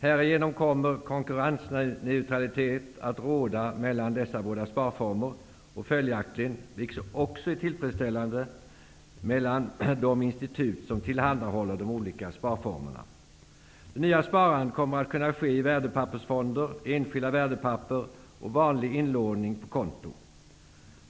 Härigenom kommer konkurrensneutralitet att råda mellan dessa båda sparformer och följaktligen, vilket också är tillfredsställande, också mellan de institut som tillhandahåller de olika sparformerna. Det nya sparandet kommer att kunna ske i värdepappersfonder, i enskilda värdepapper och genom vanlig inlåning på konto.